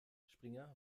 springer